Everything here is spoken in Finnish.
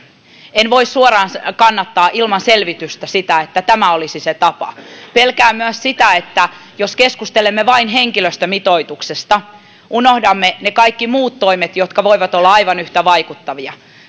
en voi suoraan ilman selvitystä kannattaa sitä että tämä olisi se tapa pelkään myös sitä että jos keskustelemme vain henkilöstömitoituksesta unohdamme ne kaikki muut toimet jotka voivat olla aivan yhtä vaikuttavia